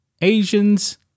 Asians